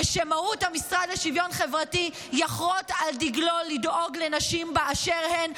ושמהות המשרד לשוויון חברתי יחרות על דגלו לדאוג לנשים באשר הן,